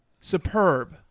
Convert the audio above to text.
superb